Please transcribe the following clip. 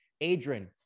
Adrian